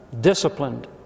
disciplined